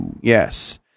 Yes